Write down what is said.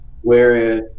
whereas